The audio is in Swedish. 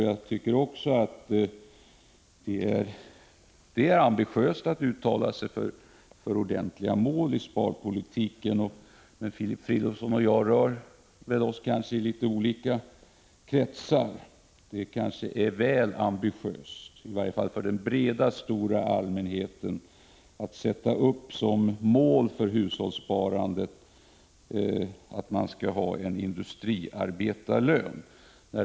Jag tycker att det är ambitiöst att uttala sig för ordentliga mål i sparpolitiken, men Filip Fridolfsson och jag rör oss kanske i litet olika kretsar. Det kanske är väl ambitiöst att i varje fall för den stora allmänheten sätta upp som mål att hushållen skall ha besparingar motsvarande en årslön för en industriarbetare.